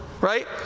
right